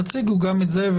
תציגו גם את זה.